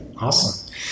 Awesome